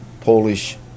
Polish